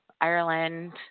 Ireland